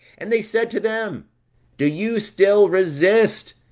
and they said to them do you still resist?